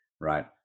right